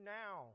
now